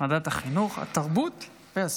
ועדת החינוך, התרבות והספורט.